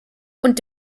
und